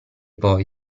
poi